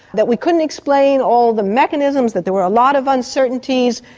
that we couldn't explain all the mechanisms, that there were a lot of uncertainties.